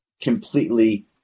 completely